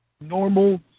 normal